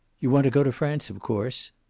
you want to go to france, of course?